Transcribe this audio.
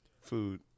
food